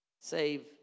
Save